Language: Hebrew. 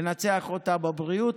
לנצח אותה בבריאות,